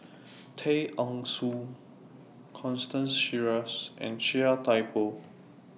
Tay Eng Soon Constance Sheares and Chia Thye Poh